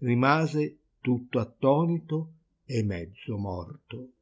rimase tutto attonito e mezzo morto